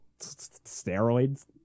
Steroids